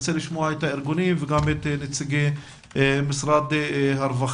נרצה לשמוע את הארגונים וגם את נציגי משרד הרווחה.